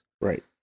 Right